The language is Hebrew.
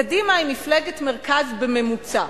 קדימה היא מפלגת מרכז בממוצע: